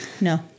No